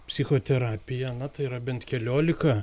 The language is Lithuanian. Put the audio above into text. psichoterapiją na tai yra bent keliolika